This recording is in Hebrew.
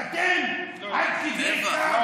ואתם עד כדי כך, טבח?